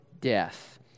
death